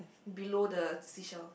below the fisher